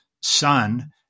son